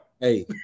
Hey